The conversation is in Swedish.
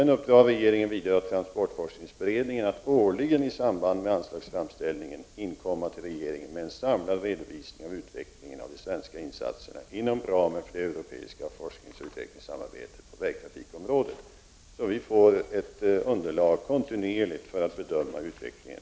Regeringen uppdrog vidare åt transportforskningsberedningen att årligen i samband med anslagsframställningen inkomma till regeringen med en samlad redovisning av utvecklingen av de svenska insatserna inom ramen för det europeiska forskningoch utvecklingssamarbetet på vägtrafikområdet, så att vi får ett underlag kontinuerligt för att bedöma utvecklingen.